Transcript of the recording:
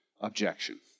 objection